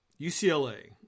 UCLA